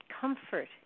comfort